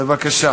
בבקשה.